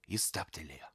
jis stabtelėjo